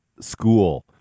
school